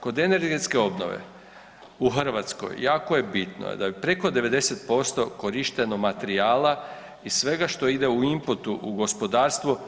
Kod energetske obnove u Hrvatskoj jako je bitno da je preko 90% korišteno materijala i svega što ide u inputu u gospodarstvo